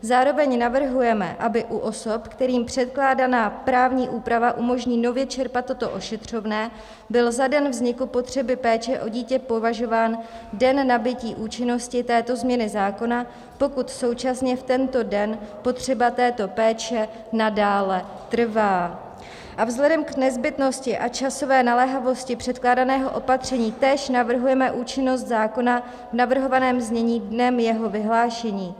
Zároveň navrhujeme, aby u osob, kterým předkládaná právní úprava umožní nově čerpat toto ošetřovné, byl za den vzniku potřeby péče o dítě považován den nabytí účinnosti této změny zákona, pokud současně v tento den potřeba této péče nadále trvá, a vzhledem k nezbytnosti a časové naléhavosti předkládaného opatření též navrhujeme účinnost zákona v navrhovaném znění dnem jeho vyhlášení.